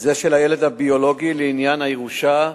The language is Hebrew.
לזה של הילד הביולוגי לעניין הירושה,